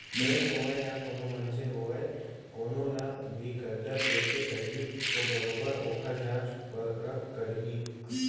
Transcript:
bank होवय या कोनो मनसे होवय कोनो ल भी करजा देके पहिली तो बरोबर ओखर जाँच परख करही